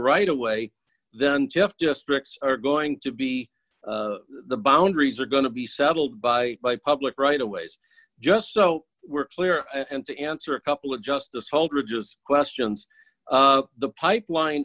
right away then jeff just bricks are going to be the boundaries are going to be settled by by public right of ways just so we're clear and to answer a couple of justice hold ridges questions the pipeline